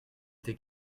été